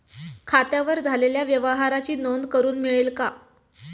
खात्यावर झालेल्या व्यवहाराची नोंद करून मिळेल का?